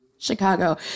Chicago